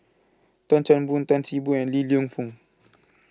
Tan Chan Boon Tan See Boo and Li Lienfung